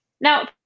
Now